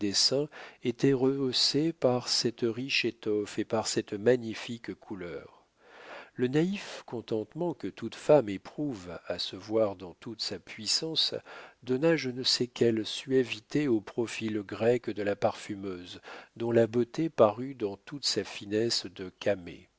étaient rehaussés par cette riche étoffe et par cette magnifique couleur le naïf contentement que toute femme éprouve à se voir dans toute sa puissance donna je ne sais quelle suavité au profil grec de la parfumeuse dont la beauté parut dans toute sa finesse de